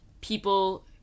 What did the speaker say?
people